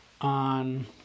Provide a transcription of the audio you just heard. on